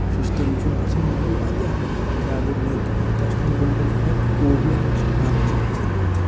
شیٚٮشتٕرٕے چھُ آسان مَگر واریاہ زیادٕ نیُک تَتھ چھُ آسان برٛونٹھٕ بنٲوِتھ اَکھ کُوکو ہیٛوٗ یَتھ منٛز سُہ پَن چھُ پھسان